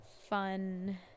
fun